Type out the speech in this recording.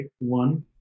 One